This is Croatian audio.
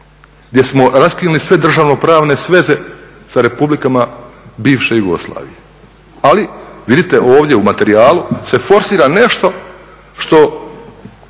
gdje smo raskinuli sve državnopravne sveze s republikama bivše Jugoslavije, ali vidite ovdje u materijalu se forsira nešto što